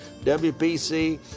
WPC